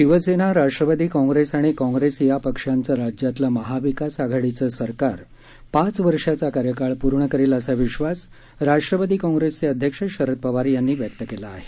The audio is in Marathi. शिवसेना राष्ट्रवादी काँग्रेस आणि काँग्रेस या पक्षांचं राज्यातलं महाविकास आघाडीचं सरकार पाच वर्षांचा कार्यकाळ पूर्ण करेल असा विश्वास राष्ट्रवादी काँग्रेसचे अध्यक्ष शरद पवार यांनी व्यक्त केला आहे